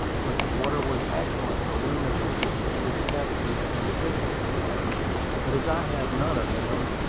but the water was excellent for rheumatism, dyspepsia, and kidney complaints but as i had none of them,